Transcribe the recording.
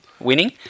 winning